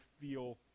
feel